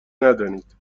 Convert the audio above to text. ندانید